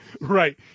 Right